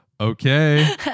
okay